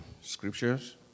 scriptures